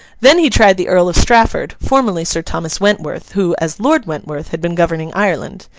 then he tried the earl of strafford, formerly sir thomas wentworth who, as lord wentworth, had been governing ireland.